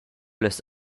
las